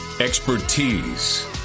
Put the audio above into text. Expertise